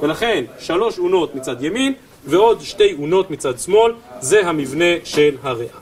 ולכן, שלוש אונות מצד ימין ועוד שתי אונות מצד שמאל, זה המבנה של הריאה